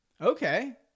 Okay